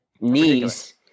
knees